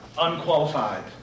unqualified